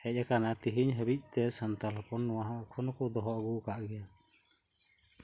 ᱦᱮᱡ ᱟᱠᱟᱱᱟ ᱟᱨ ᱛᱮᱦᱮᱧ ᱦᱟᱹᱵᱤᱡ ᱛᱮ ᱥᱟᱱᱛᱟᱲ ᱦᱚᱯᱚᱱ ᱮᱠᱮᱱ ᱦᱚᱸᱠᱚ ᱫᱚᱦᱚ ᱟᱜᱩ ᱟᱠᱟᱫ ᱜᱮᱭᱟ